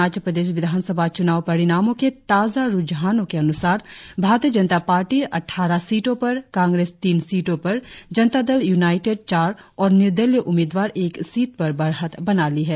अरुणाचल प्रदेश विधान सभा चूनाव परिणामों के ताजा रुझानो के अनुसार कुल सत्तावन सीटो में से भारतीय जनता पार्टी ने अटठारह सीटो पर कांग्रेस तीन सीटो पर जनता दल यूनाईटेड चार और निर्दलीय उम्मीदवार एक सीट पर बढ़त बना ली है